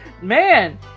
Man